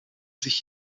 sich